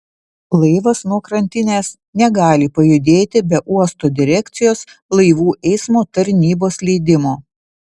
laivas nuo krantinės negali pajudėti be uosto direkcijos laivų eismo tarnybos leidimo